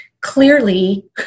Clearly